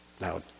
Now